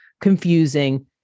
confusing